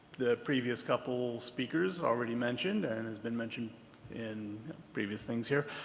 the previous couple speakers already mentioned and has been mentioned in previous things here.